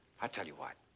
i tell you what,